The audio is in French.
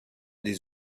des